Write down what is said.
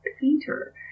painter